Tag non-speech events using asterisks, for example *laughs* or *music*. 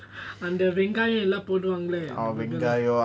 *laughs* அந்தவெங்காயம்லாமபோடுவாங்கல:andha vengayamlam poduvangala